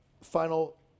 Final